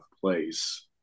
place